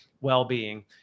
well-being